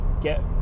get